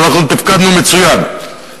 אבל אנחנו תפקדנו מצוין.